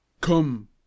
Come